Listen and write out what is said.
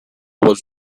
was